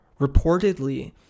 Reportedly